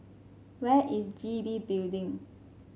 where is G B Building